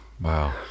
Wow